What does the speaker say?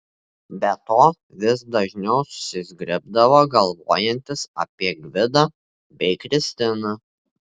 be to vis dažniau susizgribdavo galvojantis apie gvidą bei kristiną